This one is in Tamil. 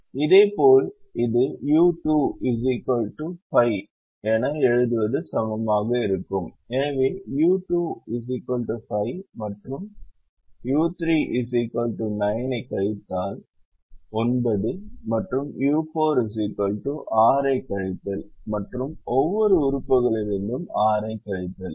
இதேபோல் இது u2 5 ஐ எழுதுவது சமமாக இருக்கும் எனவே u2 5 மற்றும் 5 u3 9 ஐக் கழித்தல் மற்றும் 9 மற்றும் u4 6 ஐக் கழித்தல் மற்றும் ஒவ்வொரு உறுப்புகளிலிருந்தும் 6 ஐக் கழித்தல்